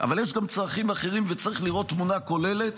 אבל יש גם צרכים אחרים וצריך לראות תמונה כוללת,